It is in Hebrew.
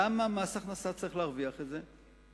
למה מס הכנסה צריך להרוויח את זה?